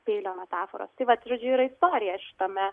peilio metaforos tai vat žodžiu yra istorija šitame